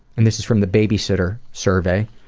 and this is from the babysitter survey.